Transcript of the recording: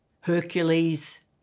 Hercules